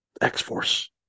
x-force